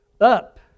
up